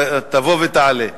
תבוא ותעלה.